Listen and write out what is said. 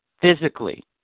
physically